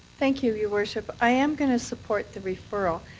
thank you your worship. i am going to support the referral.